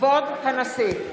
כבוד הנשיא!